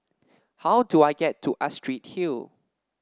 how do I get to Astrid Hill